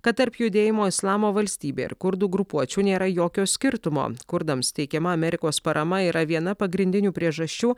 kad tarp judėjimo islamo valstybė ir kurdų grupuočių nėra jokio skirtumo kurdams teikiama amerikos parama yra viena pagrindinių priežasčių